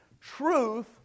truth